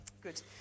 good